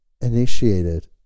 initiated